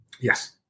Yes